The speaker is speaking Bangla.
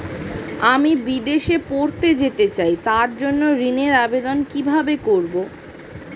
আমি বিদেশে পড়তে যেতে চাই তার জন্য ঋণের আবেদন কিভাবে করব?